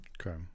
Okay